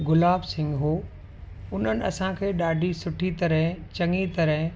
गुलाब सिंह हो उन्हनि असांखे ॾाढी सुठी तरह चङी तरह